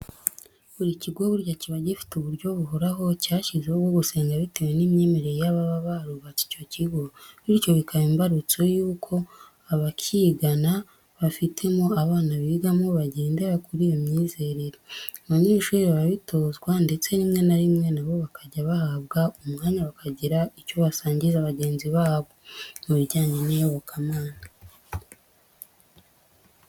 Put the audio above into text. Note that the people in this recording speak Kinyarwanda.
Buri kigo burya kiba gifite uburyo buhoraho cyashyizeho bwo gusenga bitewe n'imyemerere y'ababa barubatse icyo kigo bityo bikaba imbarutso y'uko abakigana bafitemo abana bigamo bagendera kuri iyo myizerere. Abanyeshuri barabitozwa ndetse rimwe na rimwe na bo bakajya bahabwa umwanya bakagira icyo basangiza bagenzi babo mu bijyanye n'iyobokamana.